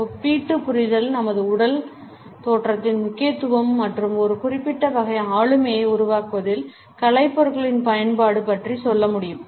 ஒப்பீட்டு புரிதல் நமது உடல் தோற்றத்தின் முக்கியத்துவம் மற்றும் ஒரு குறிப்பிட்ட வகை ஆளுமையை உருவாக்குவதில் கலைப்பொருட்களின் பயன்பாடு பற்றி சொல்ல முடியும்